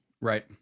Right